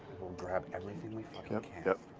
grab everything we fucking. ah